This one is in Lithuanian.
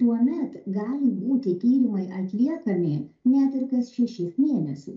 tuomet gali būti tyrimai atliekami net ir kas šešis mėnesius